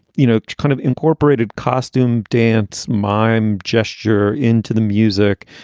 you know, kind of incorporated costume dance mime gesture into the music.